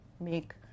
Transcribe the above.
make